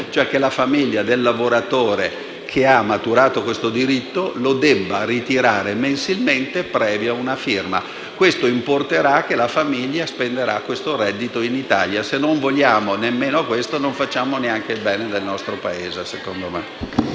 cioè che la famiglia del lavoratore che ha maturato questo diritto lo debba ritirare mensilmente previa firma; ciò comporterà il fatto che la famiglia spenderà questo reddito in Italia. Se non vogliamo nemmeno questo, secondo me non facciamo neanche il bene del nostro Paese.